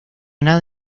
nada